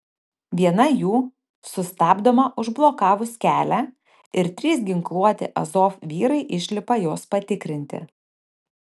viena jų sustabdoma užblokavus kelią ir trys ginkluoti azov vyrai išlipa jos patikrinti